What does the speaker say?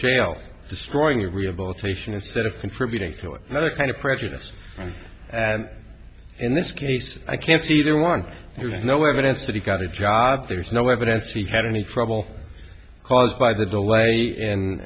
jail destroying your rehabilitation instead of contributing through another kind of prejudice and in this case i can't see either one there's no evidence that he got a job there's no evidence he had any trouble caused by the